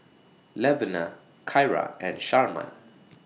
Levina Kyra and Sharman